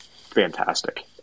fantastic